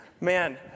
Man